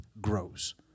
grows